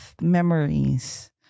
memories